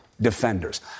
defenders